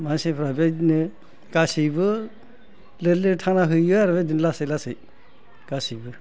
मानसिफोराथ' बिदिनो गासैबो लेर लेर थांना हैयो आरो लासै लासै गासैबो